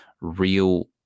real